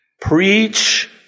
Preach